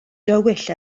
dywyll